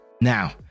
Now